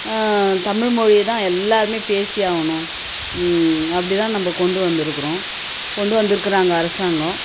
தமிழ்மொழியை தான் எல்லோருமே பேசி ஆகணும் அப்படி தான் நம்ம கொண்டு வந்துருக்கிறோம் கொண்டு வந்திருக்காங்க அரசாங்கம்